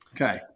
Okay